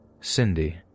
Cindy